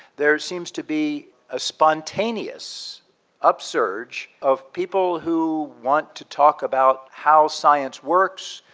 there seems to be a spontaneous upsurge of people who want to talk about how science works,